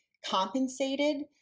compensated